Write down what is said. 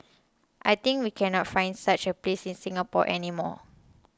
I think we cannot find such a place in Singapore any more